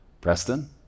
preston